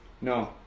No